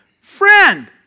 friend